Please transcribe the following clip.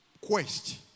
quest